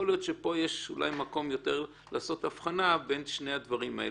יכול להיות שפה יש מקום לעשות יותר הבחנה בין שני הדברים האלה.